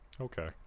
Okay